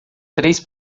três